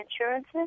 insurances